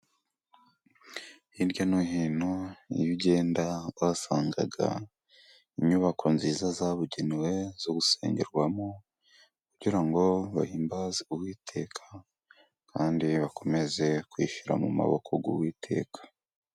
Hirya no hino iyo ugenda uhasanga inyubako nziza zabugenewe zo gusengerwamo, kugira ngo bahimbaze uwiteka, kandi bakomeze kwishyira mu maboko y'Uwiteka.